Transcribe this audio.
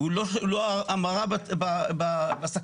הוא לא העלאה של הסכנה,